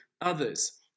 others